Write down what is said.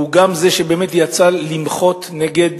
הוא גם זה שיצא למחות נגד